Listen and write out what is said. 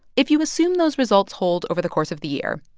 if you assume those results hold over the course of the year,